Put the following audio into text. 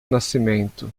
nascimento